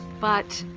but,